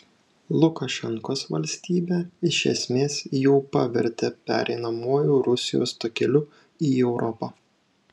lukašenkos valstybę iš esmės jau pavertė pereinamuoju rusijos takeliu į europą